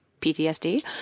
PTSD